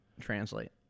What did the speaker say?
translate